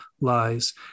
Lies